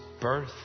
birth